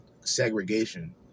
segregation